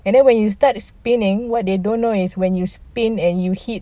and then when you start spinning what they don't know is when you spin and you hit